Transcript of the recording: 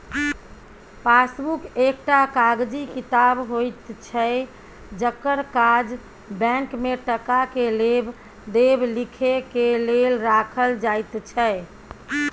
passbook एकटा कागजी किताब होइत छै जकर काज बैंक में टका के लेब देब लिखे के लेल राखल जाइत छै